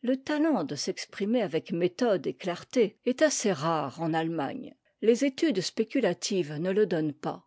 le talent de s'exprimer avec méthode et clarté est assez rare en allemagne les études spéculatives ne le donnent pas